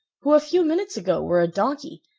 who a few minutes ago were a donkey,